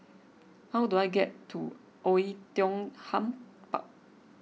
how do I get to Oei Tiong Ham Park